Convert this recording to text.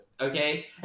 Okay